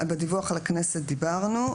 בדיווח לכנסת דיברנו.